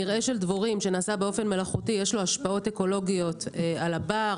מרעה של דבורים שנעשה באופן מלאכותי יש לו השפעות אקולוגיות על הבר,